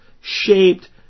shaped